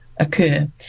occur